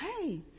hey